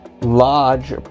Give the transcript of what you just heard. Large